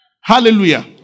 Hallelujah